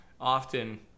often